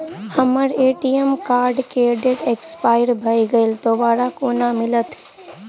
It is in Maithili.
हम्मर ए.टी.एम कार्ड केँ डेट एक्सपायर भऽ गेल दोबारा कोना मिलत?